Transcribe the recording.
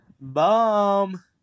Bum